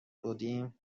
بودیم